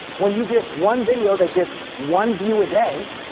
when you get one video that gets one view a day,